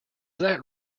that